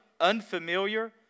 Unfamiliar